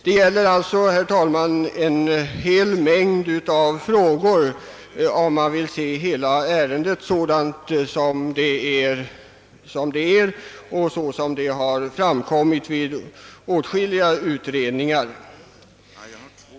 Det gäller således en hel mängd frågor, för att se hela ärendet sådant det är och som det har framkommit vid åtskilliga utredningar.